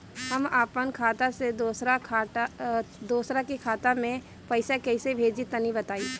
हम आपन खाता से दोसरा के खाता मे पईसा कइसे भेजि तनि बताईं?